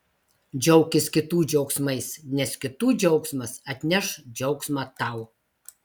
džiaukis kitų džiaugsmais nes kitų džiaugsmas atneš džiaugsmą tau